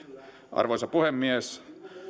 arvoisa puhemies